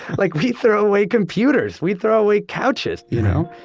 like we throw away computers, we throw away couches, you know?